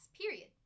period